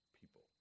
people